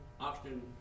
oxygen